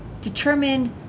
determine